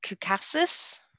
Caucasus